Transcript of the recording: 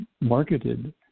marketed